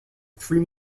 three